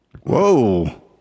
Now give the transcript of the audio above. Whoa